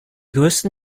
größten